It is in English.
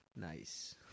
Nice